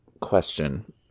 Question